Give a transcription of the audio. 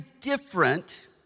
different